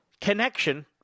connection